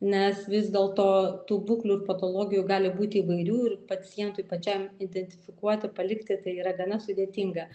nes vis dėlto tų būklių ir patologijų gali būti įvairių ir pacientui pačiam identifikuoti palikti tai yra gana sudėtinga